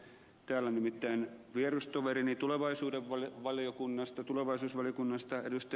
täällä nimittäin vierustoverini tulevaisuusvaliokunnasta ed